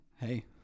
Hey